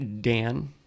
Dan